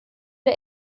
der